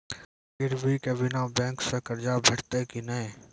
गिरवी के बिना बैंक सऽ कर्ज भेटतै की नै?